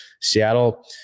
Seattle